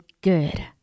good